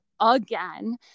again